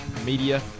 media